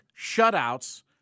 shutouts